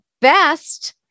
best